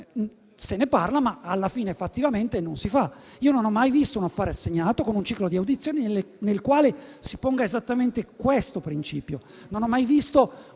se ne parla, ma alla fine fattivamente non si fa. Non ho mai visto un affare assegnato, con un ciclo di audizioni, nel quale si ponga esattamente questo principio